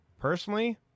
personally